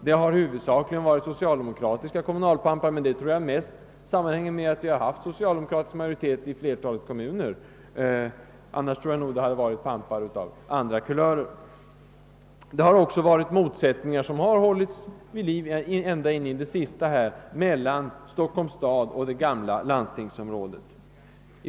Det har huvudsakligen varit socialdemokratiska kommunalpampar, men det tror jag framför allt sammanhänger med att vi i flertalet kommuner har haft socialdemokratisk majoritet; i annat fall hade det förmodligen varit pampar av andra politiska kulörer. Vidare har en del motsättningar mellan Stockholms stad och det gamla landstingsområdet hållits vid liv ända in i det sista.